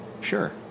Sure